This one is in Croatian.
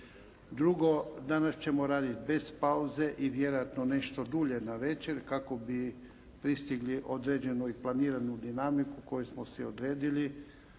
Drugo, danas ćemo raditi bez pauze i vjerojatno nešto dulje navečer kako bi pristigli određenu i planiranu dinamiku koju smo si odredili